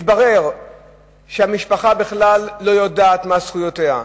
מתברר שהמשפחה בכלל לא יודעת מה זכויותיה,